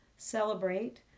Celebrate